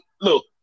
Look